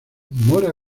mora